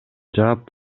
жаап